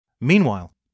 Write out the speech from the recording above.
Meanwhile